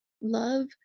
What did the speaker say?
love